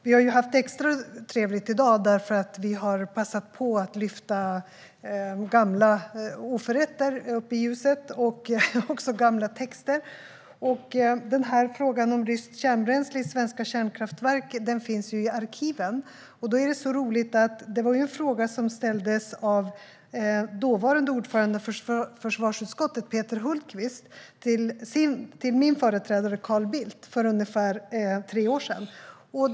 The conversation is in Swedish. Vi har haft extra trevligt i dag för att vi har passat på att lyfta gamla oförrätter upp i ljuset och också gamla texter. Frågan om ryskt kärnbränsle i svenska kärnkraftverk finns i arkiven. Då är det så roligt att det var en fråga som ställdes av dåvarande ordföranden för försvarsutskottet Peter Hultqvist till min företrädare Carl Bildt för ungefär tre år sedan.